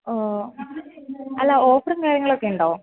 ഓ അല്ല ഓഫറും കാര്യങ്ങളുമൊക്കെയുണ്ടോ